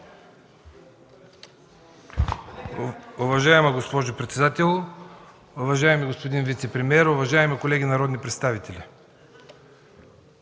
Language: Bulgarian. Уважаема госпожо председател, уважаеми господин вицепремиер, уважаеми колеги народни представители!